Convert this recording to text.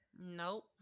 Nope